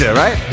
right